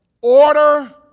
order